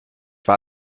war